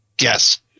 Yes